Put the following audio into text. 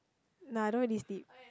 nah I don't really sleep